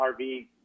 RV